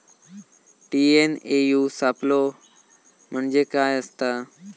TNAU सापलो म्हणजे काय असतां?